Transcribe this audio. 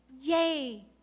yay